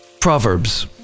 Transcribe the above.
Proverbs